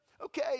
Okay